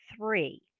three